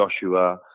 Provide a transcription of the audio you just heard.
Joshua